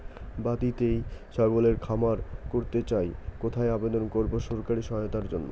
বাতিতেই ছাগলের খামার করতে চাই কোথায় আবেদন করব সরকারি সহায়তার জন্য?